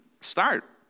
start